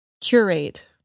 Curate